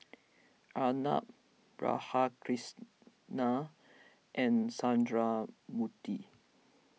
Arnab Radhakrishnan and Sundramoorthy